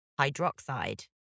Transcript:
hydroxide